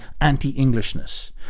anti-Englishness